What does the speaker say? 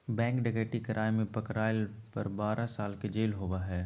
bank डकैती कराय में पकरायला पर बारह साल के जेल होबा हइ